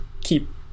keep